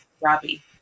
Robbie